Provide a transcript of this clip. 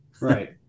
Right